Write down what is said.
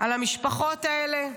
על המשפחות האלה?